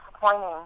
disappointing